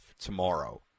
tomorrow